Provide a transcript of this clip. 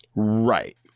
right